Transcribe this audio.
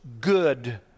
good